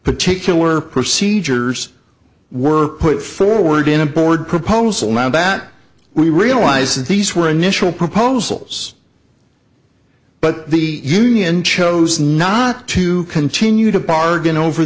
particular procedures were put forward in a board proposal now that we realize that these were initial proposals but the union chose not to continue to bargain over